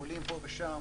עולים פה ושם.